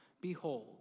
behold